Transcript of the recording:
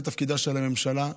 זה תפקידה של הממשלה,